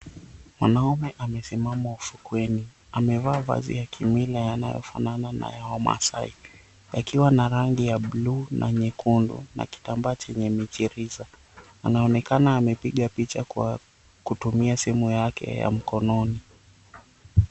Mwanamme amesimama ufukweni, amevaa vazi ya kimila yanayofanana na ya Wamasai, yakiwa na rangi ya buluu na nyekundu, na kitambaa chenye michiriza. Anaonekana amepiga picha kwa kutumia simu yake ya mkononi.